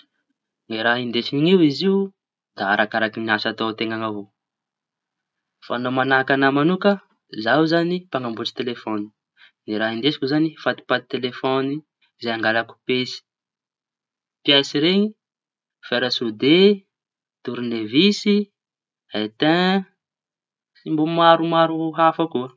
Ny raha indesiñy io izy io da arakakaraky asa ataon teña avao fa no mañahaka aña manoka zaho zañy mpañamboatsy telefaôny. Ny raha indesiko zañy fatipaty telefaôny izay angalako piesy piesy reñy, fera sodey tournevisy etian, sy mbô maromaro hafa koa.